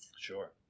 Sure